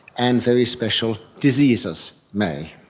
and very special diseases may.